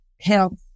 health